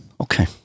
Okay